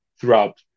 throughout